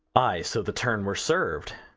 ay, so the turn were served.